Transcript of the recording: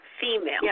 female